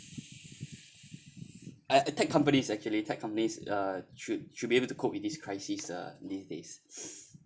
uh uh tech companies actually tech companies uh should should be able to cope with this crisis uh in these days